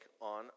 on